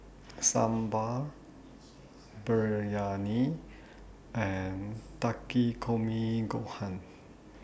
Sambar Biryani and Takikomi Gohan